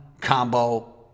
Combo